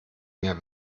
mehr